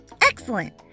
excellent